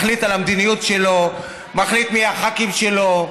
מחליט על המדיניות שלו, מחליט מי הח"כים שלו,